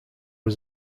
was